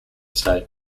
state